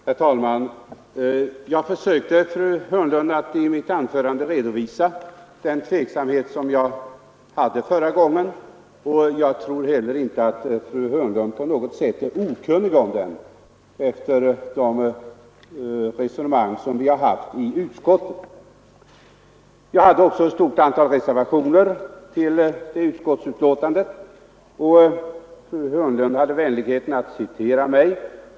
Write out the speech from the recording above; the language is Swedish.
Herr talman! Jag försökte, fru Hörnlund, att i mitt uttalande redovisa den tvekan jag hade förra gången, och jag tror inte heller fru Hörnlund är okunnig om den, efter de resonemang vi haft i utskottet. Jag hade också ett stort antal reservationer till utskottets betänkande. Fru Hörnlund hade vänligheten citera mig.